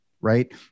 right